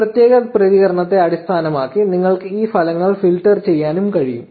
ഒരു പ്രത്യേക പ്രതികരണത്തെ അടിസ്ഥാനമാക്കി നിങ്ങൾക്ക് ഈ ഫലങ്ങൾ ഫിൽട്ടർ ചെയ്യാനും കഴിയും